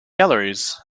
galleries